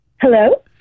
Hello